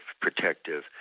Protective